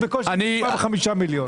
זה בקושי חמישה מיליון.